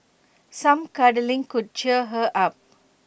some cuddling could cheer her up